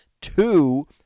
Two